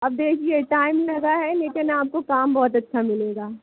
अब देखिए टाइम लगा है लेकिन आपको काम बहुत अच्छा मिलेगा